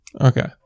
okay